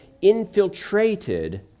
infiltrated